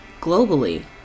globally